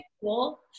cool